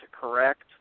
correct